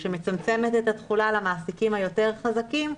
שמצמצמת את התחולה למעסיקים היותר חזקים,